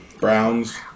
Browns